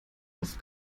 auf